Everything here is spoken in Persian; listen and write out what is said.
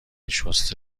شسته